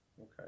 Okay